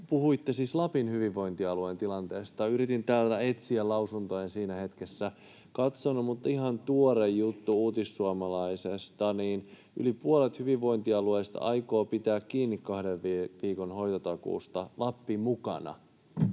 Puhuitte siis Lapin hyvinvointialueen tilanteesta. Yritin täällä etsiä lausuntoa. En siinä hetkessä katsonut, mutta tässä on ihan tuore juttu Uutissuomalaisesta: Yli puolet hyvinvointialueista aikoo pitää kiinni kahden viikon hoitotakuusta, Lappi mukana.